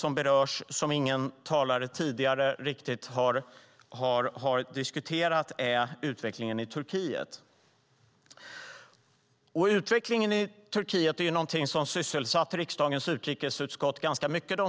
Ett område som ingen talare har diskuterat gäller utvecklingen i Turkiet. Utvecklingen i Turkiet har de senaste åren sysselsatt riksdagens utrikesutskott ganska mycket.